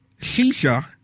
shisha